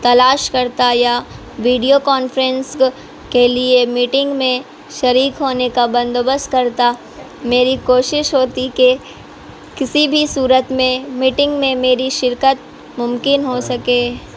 تلاش کرتا یا ویڈیو کانفرینس کے لیے میٹنگ میں شریک ہونے کا بندوبست کرتا میری کوشش ہوتی کہ کسی بھی صورت میں میٹنگ میں میری شرکت ممکن ہو سکے